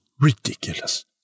ridiculous